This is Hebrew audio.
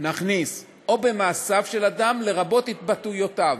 נכניס "או במעשיו של אדם, לרבות התבטאויותיו".